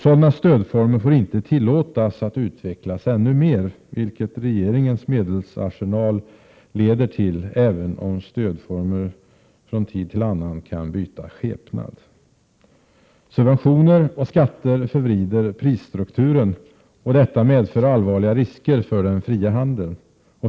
Sådana stödformer får inte tillåtas att utvecklas än mer, vilket regeringens medelsarsenal leder till, även om stödformer från tid till annan kan byta skepnad. Subventioner och skatter förvrider prisstrukturen. Detta medför allvarliga risker för den fria handeln.